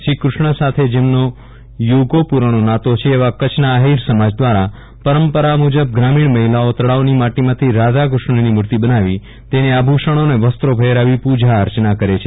શ્રી કૃષ્ણ સાથે જેમનો યુગો પૂરાણો નાતો છે એવા કચ્છના આહિર સમાજ દ્વારા પરંપરા મુજબ ગ્રામીણ મહિલાઓ તળાવની માટીમાંથી રાધા ક્રષ્ણની મૂર્તિ બનાવી તેને આભૂષણો અને વસ્ત્રો પહેરાવી પૂજા અર્ચના કરે છે